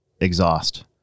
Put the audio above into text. exhaust